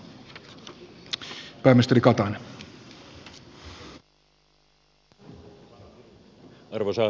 arvoisa puhemies